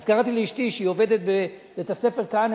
אז קראתי לאשתי שעובדת בבית-ספר "כהנמן",